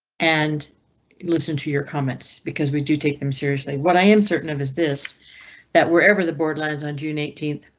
and listen to your comments because we do take them seriously. what i am certain of is this that wherever the board lines on june eighteenth,